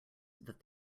that